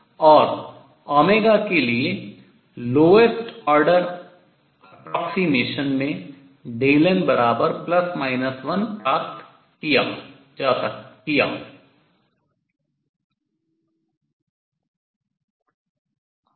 और के लिए lowest order approximation निम्नतम कोटि सन्निकटन में n बराबर ±1 प्राप्त किया जा सकता है